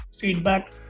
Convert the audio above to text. feedback